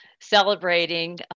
celebrating